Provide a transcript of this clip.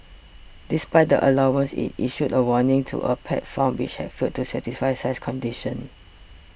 despite the allowance it issued a warning to a pet farm which had failed to satisfy size conditions